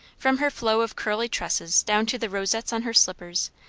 from her flow of curly tresses down to the rosettes on her slippers,